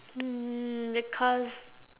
mm because